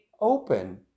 open